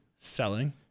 selling